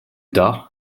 tard